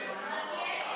מיקי,